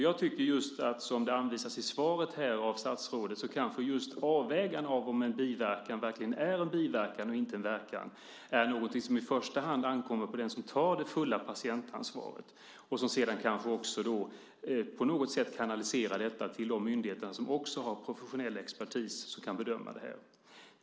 Jag tycker just, som det anvisas i svaret av statsrådet, att avvägningen av om en biverkan verkligen är en biverkan och inte en verkan är någonting som i första hand ankommer på den som tar det fulla patientansvaret och som sedan kanske också på något sätt kanaliserar detta till de myndigheter som har professionell expertis som kan bedöma det här.